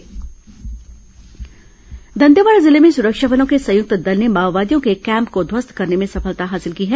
माओवादी कैम्प ध्वस्त दंतेवाड़ा जिले में सुरक्षा बलों के संयुक्त दल ने माओवादियों के एक कैम्प को ध्वस्त करने में सफलता हासिल की है